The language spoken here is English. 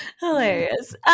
Hilarious